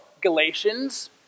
Galatians